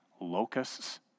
Locusts